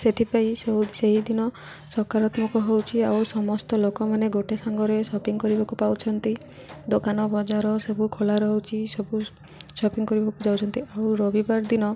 ସେଥିପାଇଁ ସବୁ ସେହିଦିନ ସକାରାତ୍ମକ ହେଉଛି ଆଉ ସମସ୍ତ ଲୋକମାନେ ଗୋଟେ ସାଙ୍ଗରେ ସପିଂ କରିବାକୁ ପାଉଛନ୍ତି ଦୋକାନ ବଜାର ସବୁ ଖୋଲା ରହୁଛି ସବୁ ସପିଂ କରିବାକୁ ଯାଉଛନ୍ତି ଆଉ ରବିବାର ଦିନ